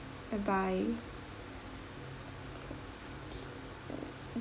bye bye okay